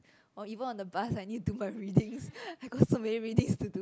or even on the bus I need to do my readings I got so many readings to do